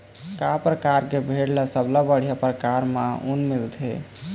का परकार के भेड़ ले सबले बढ़िया परकार म ऊन मिलथे?